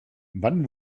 wann